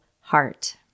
heart